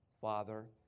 Father